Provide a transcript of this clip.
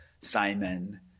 Simon